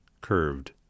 curved